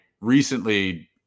recently